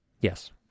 Yes